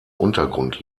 untergrund